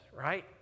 Right